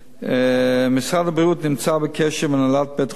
משרד הבריאות נמצא בקשר עם הנהלת בית-החולים